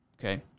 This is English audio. Okay